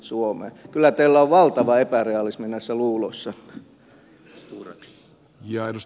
kyllä teillä on valtava epärealismi näissä luuloissanne